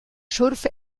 surf